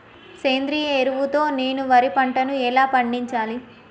సేంద్రీయ ఎరువుల తో నేను వరి పంటను ఎలా పండించాలి?